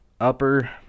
Upper